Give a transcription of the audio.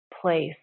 place